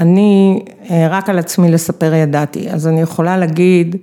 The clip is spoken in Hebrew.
‫אני רק על עצמי לספר ידעתי. ‫אז אני יכולה להגיד...